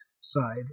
side